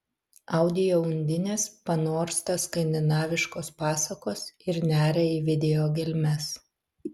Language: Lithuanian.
audio undinės panorsta skandinaviškos pasakos ir neria į video gelmes